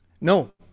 No